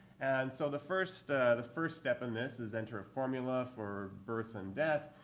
and so the first the first step in this is enter a formula for birth and death.